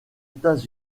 états